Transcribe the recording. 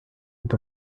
with